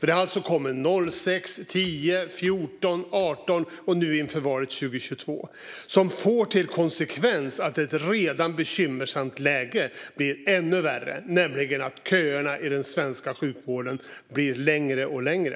Det kom 2006, 2010, 2014, 2018 och nu inför valet 2022. Konsekvensen av förslaget är att ett redan bekymmersamt läge blir ännu värre genom att köerna i den svenska sjukvården blir längre och längre.